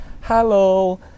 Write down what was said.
hello